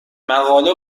مقاله